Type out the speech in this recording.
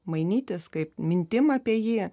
mainytis kaip mintim apie jie